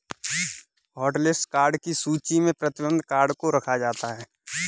hotlist card की सूची में प्रतिबंधित कार्ड को रखा जाता है